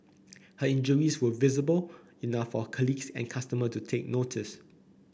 her injuries were visible enough for her colleagues and customer to take notice